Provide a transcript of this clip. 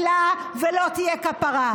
לא תהיה מחילה ולא תהיה כפרה.